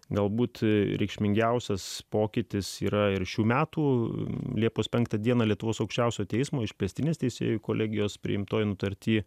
galbūt reikšmingiausias pokytis yra ir šių metų liepos penktą dieną lietuvos aukščiausiojo teismo išplėstinės teisėjų kolegijos priimtoje nutartyje